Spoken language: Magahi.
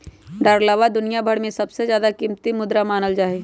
डालरवा दुनिया भर में सबसे ज्यादा कीमती मुद्रा मानल जाहई